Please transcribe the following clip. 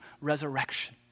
resurrection